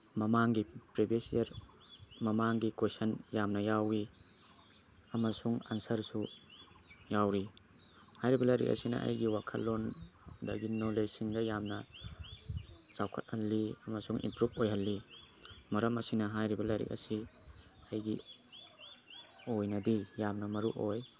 ꯃꯃꯥꯡꯒꯤ ꯄ꯭ꯔꯤꯕꯦꯁ ꯌꯤꯔ ꯃꯃꯥꯡꯒꯤ ꯀꯣꯏꯁꯟ ꯌꯥꯝꯅ ꯌꯥꯎꯏ ꯑꯃꯁꯨꯡ ꯑꯟꯁ꯭ꯔꯁꯨ ꯌꯥꯎꯔꯤ ꯍꯥꯏꯔꯤꯕ ꯂꯥꯏꯔꯤꯛ ꯑꯁꯤꯅ ꯑꯩꯒꯤ ꯋꯥꯈꯜꯂꯣꯟ ꯑꯗꯒꯤ ꯅꯣꯂꯦꯁꯁꯤꯡꯗ ꯌꯥꯝꯅ ꯆꯥꯎꯈꯠꯍꯜꯂꯤ ꯑꯃꯁꯨꯡ ꯏꯝꯄ꯭ꯔꯨꯞ ꯑꯣꯏꯍꯜꯂꯤ ꯃꯔꯝ ꯑꯁꯤꯅ ꯍꯥꯏꯔꯤꯕ ꯂꯥꯏꯔꯤꯛ ꯑꯁꯤ ꯑꯩꯒꯤ ꯑꯣꯏꯅꯗꯤ ꯌꯥꯝꯅ ꯃꯔꯨ ꯑꯣꯏ